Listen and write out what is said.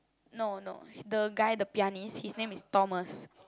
no no the guy the pianist his name is Thomas